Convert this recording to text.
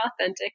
authentic